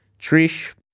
Trish